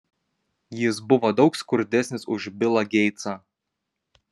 jis buvo daug skurdesnis už bilą geitsą